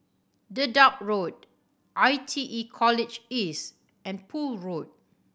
Dedap Road I T E College East and Poole Road